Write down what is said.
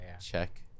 Check